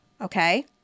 Okay